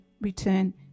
return